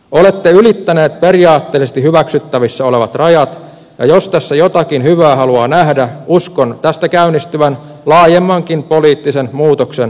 olette ylittäneet periaatteellisesti hyväksyttävissä olevan rajat ja jos tässä jotakin hyvää haluaa nähdä uskon tästä käynnistyvän laajemmankin poliittisen muutoksen suomalaisessa yhteiskunnassa